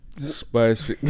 spice